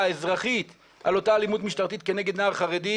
אזרחית על אותה אלימות משטרתית כנגד נער חרדי,